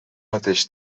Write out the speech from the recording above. mateix